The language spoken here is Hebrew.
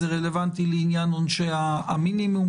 זה רלוונטי לעניין עונשי המינימום,